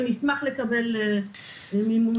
ונשמח לקבל מימון.